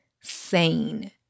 sane